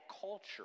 culture